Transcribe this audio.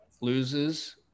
loses